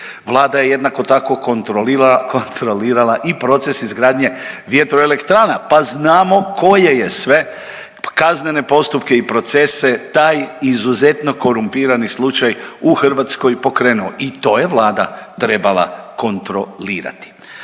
Vlada je jednako tako, kontrolirala i proces izgradnje vjetroelektrana pa znamo koje je sve kaznene postupke i procese taj izuzetno korumpirani slučaj u Hrvatskoj pokrenuo. I to je Vlada trebala kontrolirati.